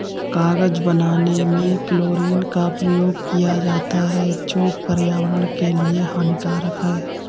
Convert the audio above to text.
कागज बनाने में क्लोरीन का प्रयोग किया जाता है जो पर्यावरण के लिए हानिकारक है